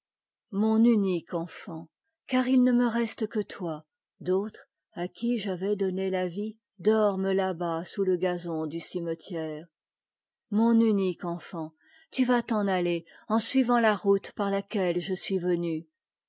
mon unique enfant car il ne me reste que toi d'autres à qui j'avais donné la vie dork ment là-bas sous te gazon du cimetière mon unique enfant tu vas t'en aller en suivant la route par laquelle je suis venu